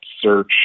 search